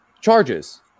charges